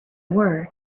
were